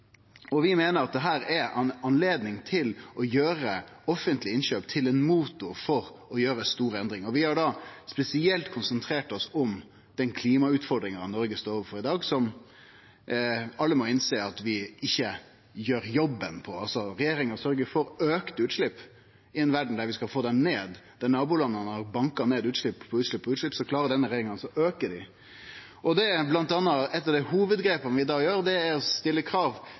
Vi meiner at dette er ei anledning til å gjere offentlege innkjøp til ein motor for å gjere store endringar. Vi har då spesielt konsentrert oss om den klimautfordringa Noreg står overfor i dag, som alle må innsjå at vi ikkje gjer jobben på. Altså: Regjeringa sørgjer for auka utslepp i ei verd der vi skal få dei ned; der nabolanda har banka ned utslepp på utslepp, klarar altså denne regjeringa å auke dei. Og bl.a. eitt av dei hovudgrepa vi da gjer, er å stille krav